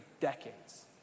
decades